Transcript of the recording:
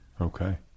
Okay